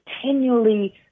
continually